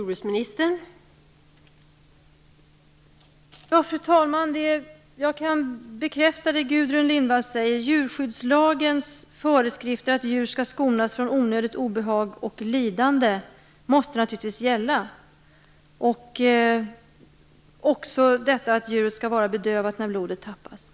Fru talman! Jag kan bekräfta det Gudrun Lindvall säger: Djurskyddslagens föreskrifter om att djur skall skonas från onödigt obehag och lidande måste naturligtvis gälla liksom det att djuret skall vara bedövat när blodet tappas.